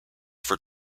for